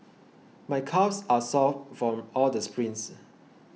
my calves are sore from all the sprints